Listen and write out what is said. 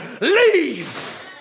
Leave